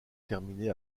terminée